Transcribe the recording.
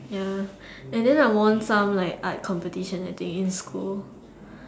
ya and then I won some like art competition I think in school